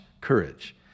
courage